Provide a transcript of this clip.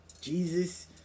Jesus